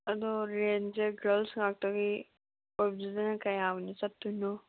ꯑꯗꯣ ꯔꯦꯟꯁꯦ ꯒꯥꯔꯜꯁ ꯉꯥꯛꯇꯒꯤ ꯑꯣꯏꯕꯁꯤꯗꯅ ꯀꯌꯥ ꯑꯣꯏꯅ ꯆꯠꯇꯣꯏꯅꯣ